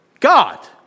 God